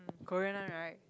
Korean one right